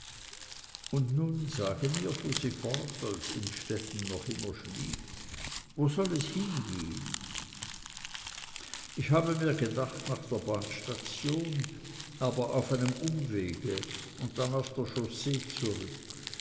und nun sage mir fuhr sie fort als innstetten noch immer schwieg wo soll es hingehen ich habe mir gedacht nach der bahnstation aber auf einem umweg und dann auf der chaussee zurück